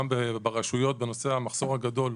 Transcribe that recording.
ברשויות המחסור הגדול.